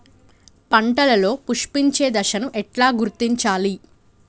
పంటలలో పుష్పించే దశను ఎట్లా గుర్తించాలి?